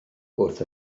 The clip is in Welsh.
wrth